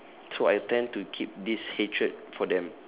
so I tend to keep this hatred for them